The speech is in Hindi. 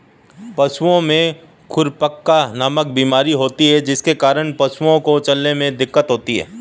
पशुओं में खुरपका नामक बीमारी होती है जिसके कारण पशुओं को चलने में दिक्कत होती है